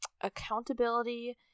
accountability